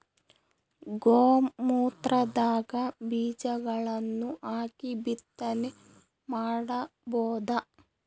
ಗೋ ಮೂತ್ರದಾಗ ಬೀಜಗಳನ್ನು ಹಾಕಿ ಬಿತ್ತನೆ ಮಾಡಬೋದ?